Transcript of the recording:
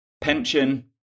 pension